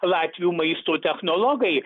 latvių maisto technologai